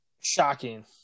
shocking